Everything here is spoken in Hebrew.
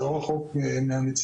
וזה לא רחוק מהמציאות,